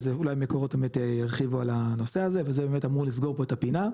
אז אולי מקורות ירחיבו על הנושא הזה וזה אמור לסגור פה את הפינה.